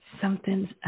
Something's